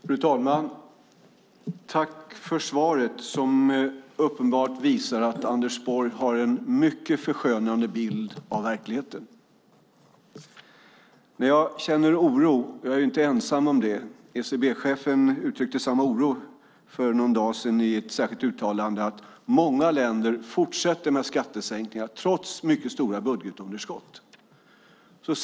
Fru talman! Tack för svaret som uppenbart visar att Anders Borg har en mycket förskönande bild av verkligheten. Jag känner oro, och jag är inte ensam om det. ECB-chefen uttryckte samma oro för någon dag sedan i ett särskilt uttalande: att många länder fortsätter med skattesänkningar trots mycket stora budgetunderskott.